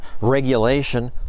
regulation